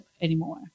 anymore